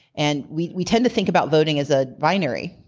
and we we tend to think about voting as a binary.